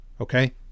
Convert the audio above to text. Okay